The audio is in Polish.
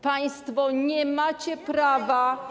Państwo nie macie prawa.